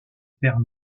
père